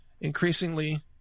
increasingly